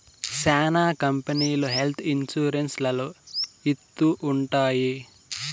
శ్యానా కంపెనీలు health insurance లలో ఇత్తూ ఉంటాయి